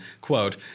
quote